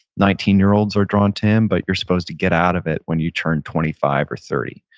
nineteen year olds are drawn to him, but you're supposed to get out of it when you turn twenty five or thirty,